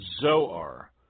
Zoar